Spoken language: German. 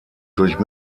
durch